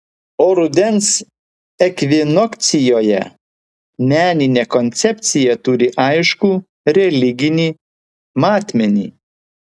o rudens ekvinokcijoje meninė koncepcija turi aiškų religinį matmenį